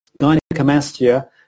Gynecomastia